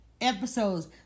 episodes